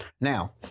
Now